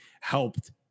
helped